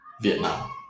Vietnam